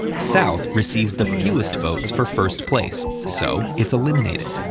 south receives the fewest votes for first place, so it's eliminated.